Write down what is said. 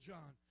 John